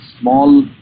small